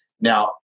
Now